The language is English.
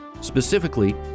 specifically